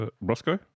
Roscoe